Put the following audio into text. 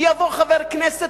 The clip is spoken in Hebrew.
ויבוא חבר כנסת,